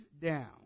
down